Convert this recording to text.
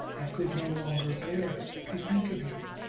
i could no longer bear to think of you.